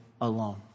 alone